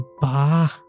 Bah